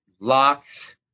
locks